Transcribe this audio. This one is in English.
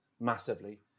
massively